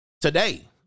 Today